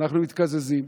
שאנחנו מתקזזים.